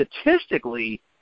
statistically